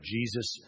Jesus